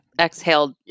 exhaled